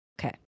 Okay